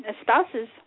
spouses